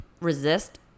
resist